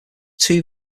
two